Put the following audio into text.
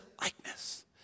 likeness